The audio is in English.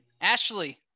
Ashley